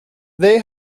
they